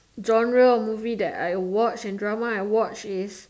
genre of movie that I watch and drama that I watch is